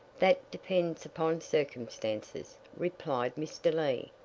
that depends upon circumstances, replied mr. lee.